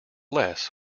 less